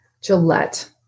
Gillette